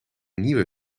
nieuwe